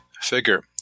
figure